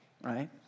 right